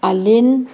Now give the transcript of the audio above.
ꯑꯂꯤꯟ